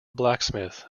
blacksmith